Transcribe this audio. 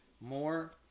more